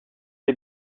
les